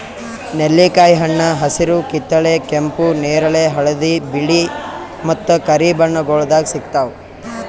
ನೆಲ್ಲಿಕಾಯಿ ಹಣ್ಣ ಹಸಿರು, ಕಿತ್ತಳೆ, ಕೆಂಪು, ನೇರಳೆ, ಹಳದಿ, ಬಿಳೆ ಮತ್ತ ಕರಿ ಬಣ್ಣಗೊಳ್ದಾಗ್ ಸಿಗ್ತಾವ್